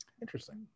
interesting